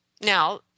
now